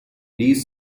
these